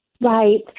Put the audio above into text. Right